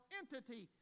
entity